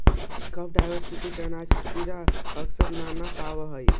crop diversity से अनाज में कीड़ा अक्सर न न लग पावऽ हइ